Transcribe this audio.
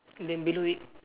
then below it